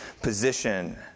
position